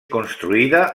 construïda